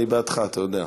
אני בעדך, אתה יודע.